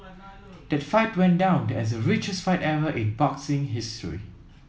that fight went down as the richest fight ever in boxing history